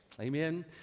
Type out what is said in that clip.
Amen